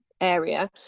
area